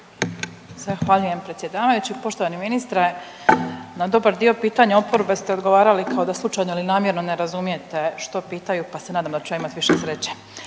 Zahvaljujem predsjedavajući. Poštovani ministre na dobar dio pitanja oporbe ste odgovarali kao da slučajno ili namjerno ne razumijete što pitaju pa se nadam da ću ja imati više sreće.